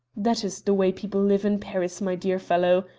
that is the way people live in paris, my dear fellow.